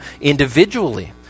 individually